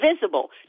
visible